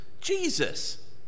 Jesus